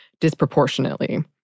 disproportionately